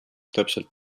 täpselt